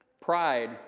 Pride